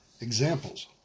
Examples